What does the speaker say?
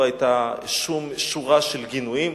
לא היתה שום שורה של גינויים.